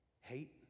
hate